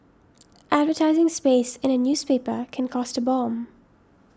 advertising space in a newspaper can cost a bomb